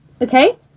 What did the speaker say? Okay